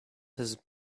his